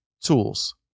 tools